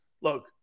Look